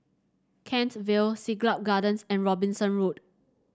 Kent Vale Siglap Gardens and Robinson Road